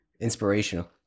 inspirational